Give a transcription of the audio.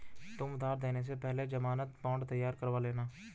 तुम उधार देने से पहले ज़मानत बॉन्ड तैयार करवा लेना